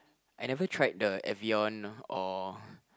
I never tried the Evian or